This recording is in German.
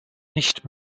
nicht